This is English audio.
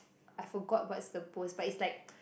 I forgot what's the post but it's like